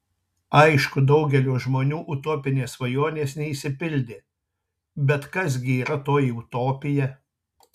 aišku daugelio žmonių utopinės svajonės neišsipildė bet kas gi yra toji utopija